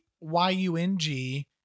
y-u-n-g